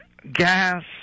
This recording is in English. Gas